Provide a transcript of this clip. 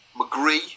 McGree